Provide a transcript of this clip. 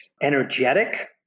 energetic